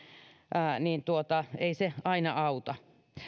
niin ei se aina auta